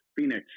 Phoenix